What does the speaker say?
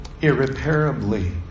irreparably